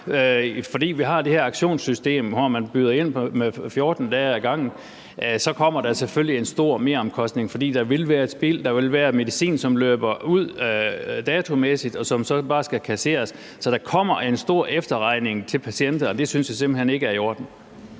fordi vi har det her auktionssystem, hvor man byder ind for 14 dage ad gangen, så kommer der selvfølgelig en stor meromkostning, fordi der vil være spild. Der vil være medicin, som overskrider udløbsdatoen, og som så bare skal kasseres. Så der kommer en stor efterregning til patienterne, og det synes jeg simpelt hen ikke er i orden.